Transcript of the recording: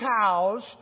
cows